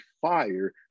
fire